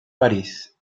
parís